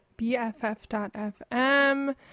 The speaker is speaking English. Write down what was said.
BFF.fm